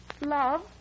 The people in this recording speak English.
love